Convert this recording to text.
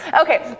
Okay